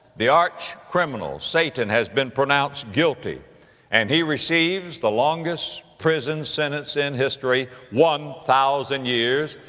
the arch criminal, satan, has been pronounced guilty and he receives the longest prison sentence in history, one thousand years.